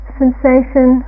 sensation